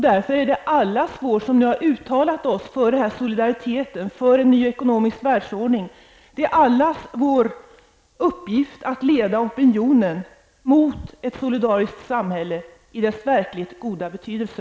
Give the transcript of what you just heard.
Därför är det för alla oss som har uttalat oss för solidaritet och för ny ekonomisk världsordning en uppgift att leda opinionen mot ett solidariskt samhälle i dess verkligt goda betydelse.